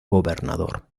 gobernador